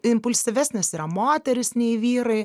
impulsyvesnės yra moterys nei vyrai